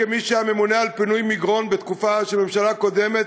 כמי שהיה ממונה על פינוי מגרון בתקופה של הממשלה הקודמת,